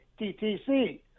TTC